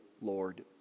Lord